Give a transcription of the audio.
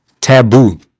taboo